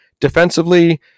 Defensively